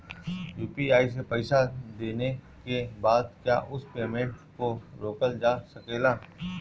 UPI से पईसा देने के बाद क्या उस पेमेंट को रोकल जा सकेला?